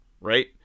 right